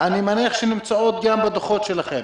אני מניח שנמצאות גם בדוחות שלכם.